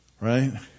right